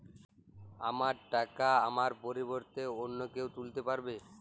আমার টাকা আমার পরিবর্তে অন্য কেউ তুলতে পারবে?